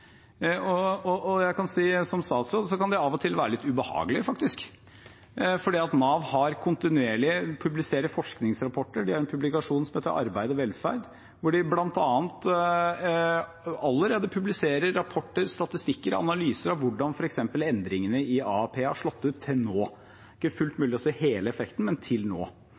jeg si at det av og til faktisk kan være litt ubehagelig. Nav publiserer kontinuerlig forskningsrapporter. De har en publikasjon som heter Arbeid og velferd, der de allerede publiserer rapporterer, statistikker og analyser av hvordan f.eks. endringene i AAP har slått ut til nå. Det er ikke fullt mulig å se hele effekten, men til nå.